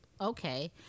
okay